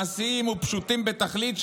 מעשיים ופשוטים בתכלית,